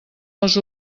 les